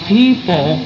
people